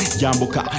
yambuka